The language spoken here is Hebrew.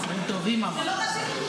זה לא מתאים לחוץ וביטחון.